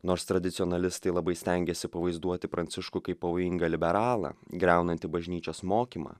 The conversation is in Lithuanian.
nors tradicionalistai labai stengėsi pavaizduoti pranciškų kaip pavojingą liberalą griaunantį bažnyčios mokymą